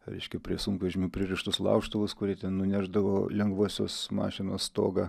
reiškia prie sunkvežimių pririštus laužtuvus kurie ten nunešdavo lengvosios mašinos stogą